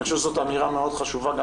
אני חושב שזאת אמירה מאוד חשובה גם